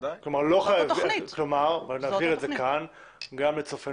כלומר, נסביר את זה גם לצופינו